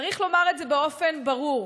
צריך לומר את זה באופן ברור: